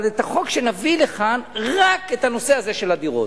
אבל את החוק שנביא לכאן רק את הנושא הזה של הדירות.